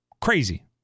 Crazy